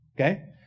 Okay